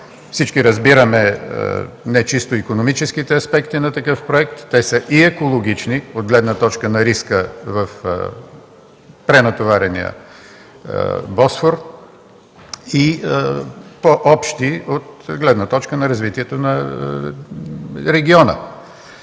Всички разбираме не чисто икономическите аспекти на такъв проект, те са и екологични от гледна точка на риска в пренатоварения Босфор, и по-общи от гледна точка на развитието на региона.